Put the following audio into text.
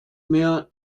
mehr